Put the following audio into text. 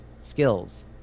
skills